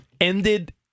ended